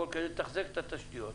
כדי לתחזק את התשתיות,